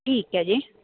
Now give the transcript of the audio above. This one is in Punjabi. ਠੀਕ ਹੈ ਜੀ